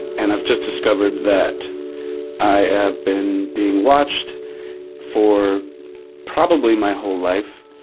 and i've just discovered that i have been being watched for probably my whole life.